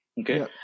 Okay